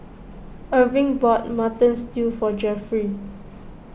Erving bought Mutton Dtew for Jeffry